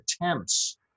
attempts